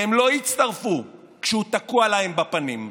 והם לא יצטרפו כשהוא תקוע להם בפנים,